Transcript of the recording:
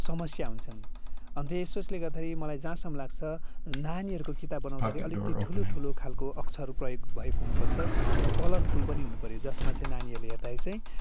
समस्या हुन्छन् अब त्यसोस्ले गर्दाखेरि मलाई चाहिँ जहाँसम्म लाग्छ नानीहरूको किताब बनाउँदाखेरि अलिकति ठुलो ठुलो खाल्को अक्षर प्रयोग भएको हुनुपर्छ र कलरफुल पनि हुनुपर्यो जसमा चाहिँ नानीहरूले हेर्दाखेरि चाहिँ